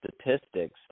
statistics